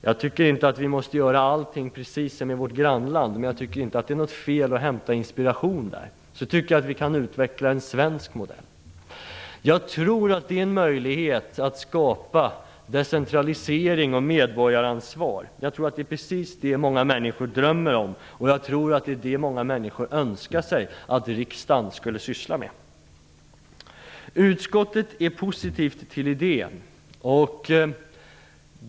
Vi måste inte göra allting precis likadant som i vårt grannland, men det är inte något fel att hämta inspiration därifrån. Sedan kan vi utveckla en svensk modell. Det finns en möjlighet att skapa decentralisering och medborgaransvar. Jag tror att många människor drömmer om det och önskar att riksdagen skulle syssla med det. Utskottet är positivt till idén.